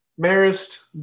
Marist